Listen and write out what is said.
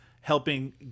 helping